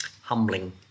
humbling